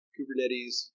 Kubernetes